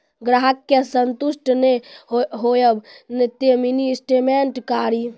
ग्राहक के संतुष्ट ने होयब ते मिनि स्टेटमेन कारी?